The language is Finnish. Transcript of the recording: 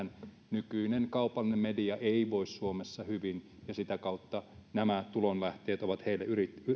nykyinen kaupallinen media ei voi suomessa hyvin ja sitä kautta nämä tulonlähteet ovat heille